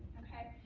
ok?